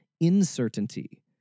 uncertainty